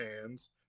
hands